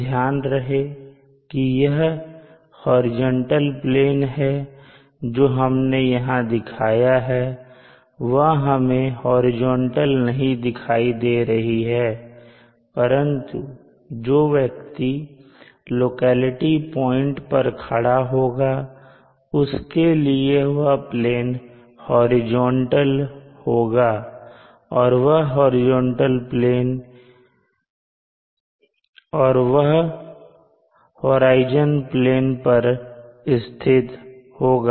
ध्यान रहे कि यह हॉरिजॉन्टल प्लेन जो हमने यहां दिखाया है वह हमें हॉरिजॉन्टल नहीं दिखाई दे रही है परंतु जो व्यक्ति लोकेलिटी पॉइंट पर खड़ा होगा उसके लिए वह प्लेन हॉरिजॉन्टल होगा और वह होराइजन प्लेन पर स्थित होगा